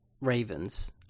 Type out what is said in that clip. ravens